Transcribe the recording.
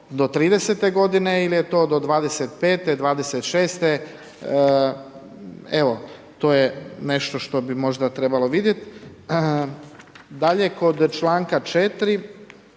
do 30 g. ili je to do 25., 26. Evo to je nešto što bi možda trebalo vidjeti. Dalje, kod članka 4.